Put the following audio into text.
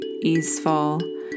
easeful